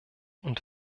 und